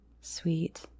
Sweet